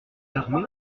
l’armée